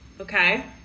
okay